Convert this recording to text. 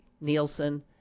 Nielsen